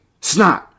Snot